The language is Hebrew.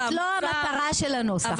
זאת לא המטרה של הנוסח.